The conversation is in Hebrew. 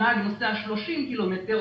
הנהג נוסע ריק 30 ק"מ